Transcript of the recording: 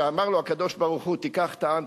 כשאמר לו הקדוש-ברוך-הוא: תיקח את העם,